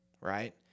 right